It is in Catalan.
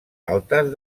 altes